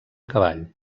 cavall